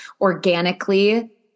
organically